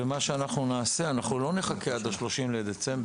ומה שאנחנו נעשה: אנחנו לא נחכה עד 30 בדצמבר